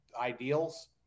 ideals